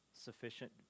sufficient